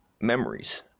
memories